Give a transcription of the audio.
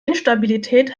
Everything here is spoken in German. instabilität